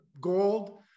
gold